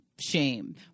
shame